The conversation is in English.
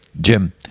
Jim